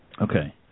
Okay